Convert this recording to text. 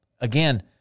again